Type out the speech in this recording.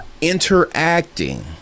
interacting